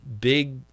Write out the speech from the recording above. big